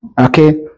Okay